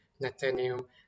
nathaniel